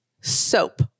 Soap